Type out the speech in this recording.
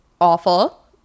awful